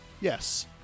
Yes